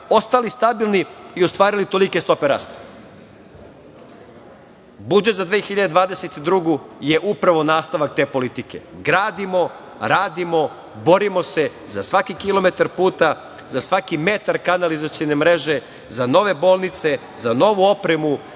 ostali stabilni i ostvarili tolike stope rasta. Budžet za 2022. godinu je upravo nastavak te politike, gradimo, radimo, borimo se za svaki kilometar puta, za svaki metar kanalizacione mreže, za nove bolnice, za novu opremu,